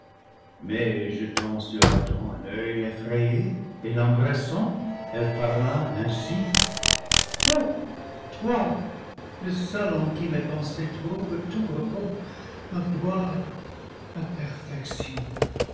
mais jetant sur adam un oeil effrayé et l'embrassant elle parla ainsi o toi le seul en qui mes pensées trouvent tout repos ma gloire ma perfection